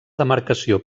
demarcació